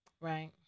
right